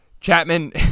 Chapman